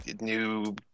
New